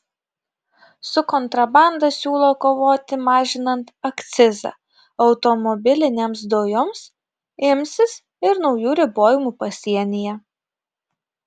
su kontrabanda siūlo kovoti mažinant akcizą automobilinėms dujoms imsis ir naujų ribojimų pasienyje